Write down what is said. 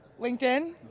LinkedIn